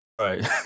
Right